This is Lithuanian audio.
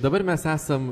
dabar mes esam